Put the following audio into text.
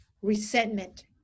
resentment